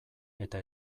eta